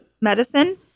medicine